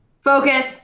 Focus